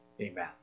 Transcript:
Amen